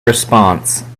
response